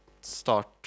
start